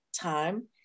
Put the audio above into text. time